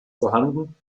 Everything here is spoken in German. vorhanden